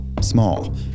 small